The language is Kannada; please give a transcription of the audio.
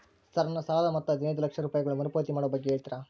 ಸರ್ ನನ್ನ ಸಾಲದ ಮೊತ್ತ ಹದಿನೈದು ಲಕ್ಷ ರೂಪಾಯಿಗಳು ಮರುಪಾವತಿ ಮಾಡುವ ಬಗ್ಗೆ ಹೇಳ್ತೇರಾ?